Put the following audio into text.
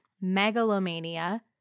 megalomania